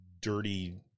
dirty